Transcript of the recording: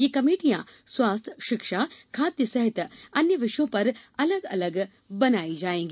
ये कमेटियां स्वास्थ्य शिक्षा खाद्य सहित अन्य विषयों पर अलग अलग बनाई जायेंगी